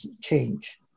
change